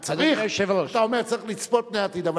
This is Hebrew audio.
אתה אומר שצריך לצפות פני העתיד,